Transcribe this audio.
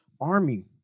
army